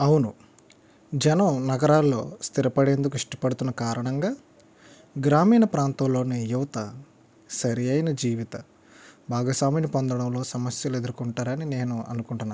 అవును జనం నగరాల్లో స్థిరపడేందుకు ఇష్టపడుతున్న కారణంగా గ్రామీణ ప్రాంతంలోని యువత సరియైన జీవిత భాగస్వామిని పొందడంలో సమస్యలు ఎదుర్కుంటారు అని నేను అనుకుంటున్నాను